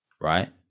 right